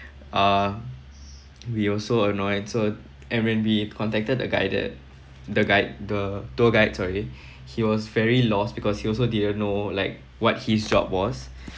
uh we all so annoyed so and when we contacted the guider the guide the tour guide sorry he was very lost because he also didn't know like what his job was